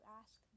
ask